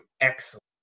excellent